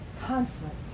conflict